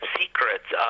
secrets